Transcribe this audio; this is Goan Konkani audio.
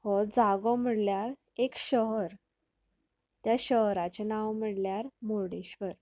हो जागो म्हळ्यार एक शहर त्या शहराचें नांव म्हळ्यार मुर्डेश्वर